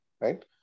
right